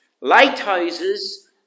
Lighthouses